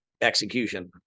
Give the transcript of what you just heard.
execution